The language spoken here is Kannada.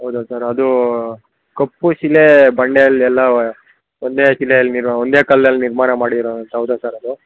ಹೌದ ಸರ್ ಅದು ಕಪ್ಪು ಶಿಲೆ ಬಂಡೆಯಲ್ಲೆಲ್ಲ ಒಂದೇ ಶಿಲೆಯಲ್ಲಿರೊ ಒಂದೇ ಕಲ್ಲಲ್ಲಿ ನಿರ್ಮಾಣ ಮಾಡಿರೋದಂತೆ ಹೌದ ಸರ್ ಅದು